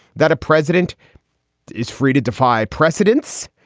that a president is free to defy precedents,